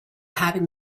having